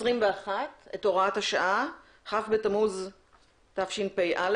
כ' בתמוז התשפ"א,